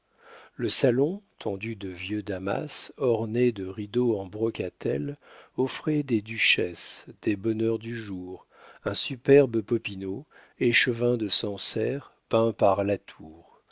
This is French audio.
le salon tendu de vieux damas orné de rideaux en brocatelle offrait des duchesses des bonheurs du jour un superbe popinot échevin de sancerre peint par latour